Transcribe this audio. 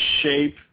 shape